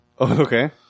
Okay